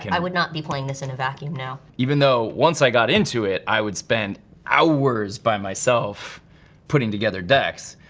and i would not be playing this in a vacuum now. even though once i got into it, i would spend hours by myself putting together decks,